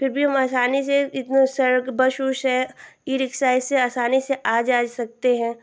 फिर भी हम असानी से इतने सड़क बश उष है इ रिक्सा है इससे आसानी से आ जा सकते हैं